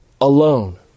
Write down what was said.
alone